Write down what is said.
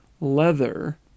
leather